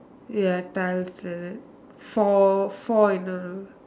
ya tiles right four four in a row